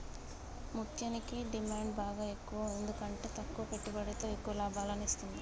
ముత్యనికి డిమాండ్ బాగ ఎక్కువ ఎందుకంటే తక్కువ పెట్టుబడితో ఎక్కువ లాభాలను ఇత్తుంది